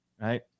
Right